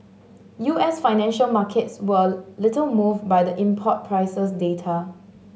U S financial markets were little moved by the import prices data